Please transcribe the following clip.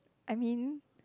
I mean